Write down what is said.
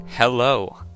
Hello